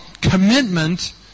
commitment